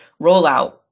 rollout